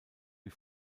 wie